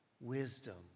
wisdom